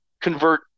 convert